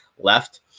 left